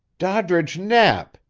doddridge knapp!